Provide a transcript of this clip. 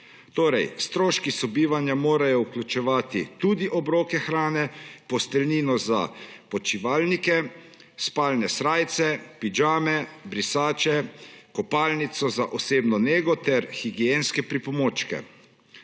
Torej, stroški sobivanja morajo vključevati tudi obroke hrane, posteljnino za počivalnike, spalne srajce, pidžame, brisače, kopalnico za osebno nego ter higienske pripomočke.